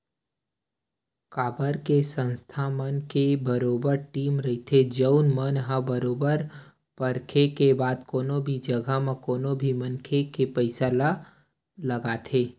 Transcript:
काबर के संस्था मन के बरोबर टीम रहिथे जउन मन ह बरोबर परखे के बाद कोनो भी जघा म कोनो भी मनखे के पइसा ल लगाथे